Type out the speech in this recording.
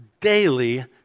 daily